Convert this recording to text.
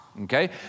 okay